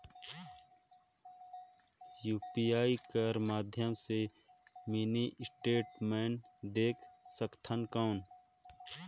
UPI कर माध्यम से मिनी स्टेटमेंट देख सकथव कौन?